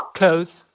clothes,